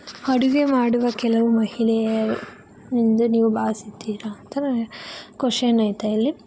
ಅಡುಗೆ ಮಾಡುವ ಕೆಲವು ಮಹಿಳೆಯರು ಎಂದು ನೀವು ಭಾವಿಸುತ್ತೀರಾ ಅಂತ ಕ್ವೆಶನ್ ಐತೆ ಇಲ್ಲಿ